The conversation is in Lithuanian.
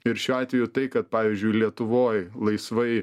ir šiuo atveju tai kad pavyzdžiui lietuvoj laisvai